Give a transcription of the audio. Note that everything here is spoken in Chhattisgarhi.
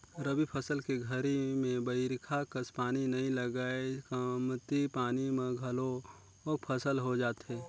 रबी फसल के घरी में बईरखा कस पानी नई लगय कमती पानी म घलोक फसल हो जाथे